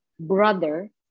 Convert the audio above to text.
Brother